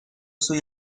soy